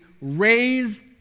raise